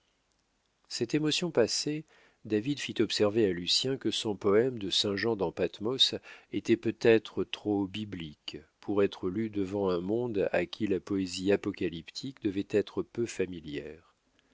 cette émotion passée david fit observer à lucien que son poème de saint jean dans pathmos était peut-être trop biblique pour être lu devant un monde à qui la poésie apocalyptique devait être peu familière